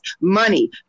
money